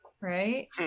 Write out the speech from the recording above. right